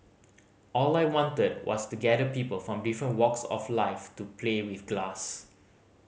all I wanted was to gather people from different walks of life to play with glass